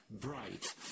bright